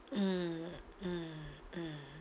mm mm mm